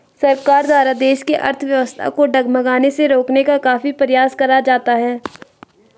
सरकार द्वारा देश की अर्थव्यवस्था को डगमगाने से रोकने का काफी प्रयास करा जाता है